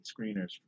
screeners